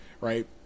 right